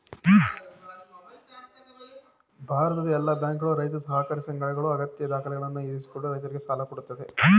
ಭಾರತದ ಎಲ್ಲಾ ಬ್ಯಾಂಕುಗಳು, ರೈತ ಸಹಕಾರಿ ಸಂಘಗಳು ಅಗತ್ಯ ದಾಖಲೆಗಳನ್ನು ಇರಿಸಿಕೊಂಡು ರೈತರಿಗೆ ಸಾಲ ಕೊಡತ್ತವೆ